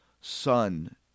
son